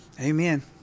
Amen